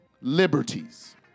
liberties